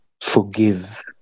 forgive